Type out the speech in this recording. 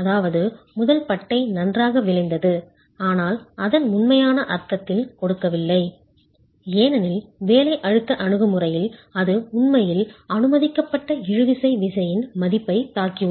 அதாவது முதல் பட்டை நன்றாக விளைந்தது ஆனால் அதன் உண்மையான அர்த்தத்தில் கொடுக்கவில்லை ஏனெனில் வேலை அழுத்த அணுகுமுறையில் அது உண்மையில் அனுமதிக்கப்பட்ட இழுவிசை விசையின் மதிப்பைத் தாக்கியுள்ளது